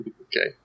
Okay